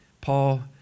Paul